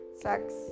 sex